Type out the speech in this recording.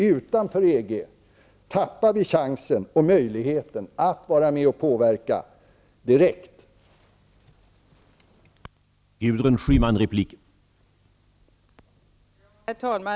Utanför EG tappar vi chansen att vara med och påverka direkt.